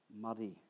Muddy